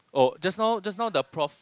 oh just now just now the prof